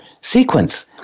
sequence